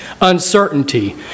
Uncertainty